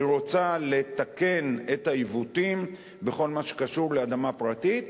היא רוצה לתקן את העיוותים בכל מה שקשור לאדמה פרטית,